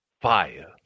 fire